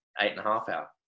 eight-and-a-half-hour